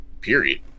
Period